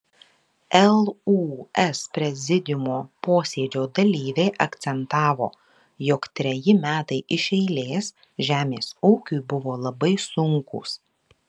lūs prezidiumo posėdžio dalyviai akcentavo jog treji metai iš eilės žemės ūkiui buvo labai sunkūs